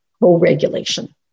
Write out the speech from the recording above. co-regulation